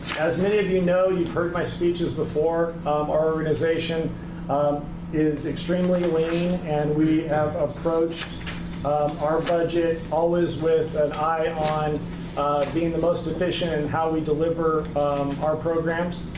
as many of you know you've heard my speeches before um our organization um is extremely lean, and we have approached our budget always with an eye on being the most efficient in how we deliver our programs.